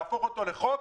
להפוך אותו לחוק,